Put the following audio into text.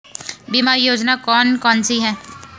बीमा योजना कौन कौनसी हैं?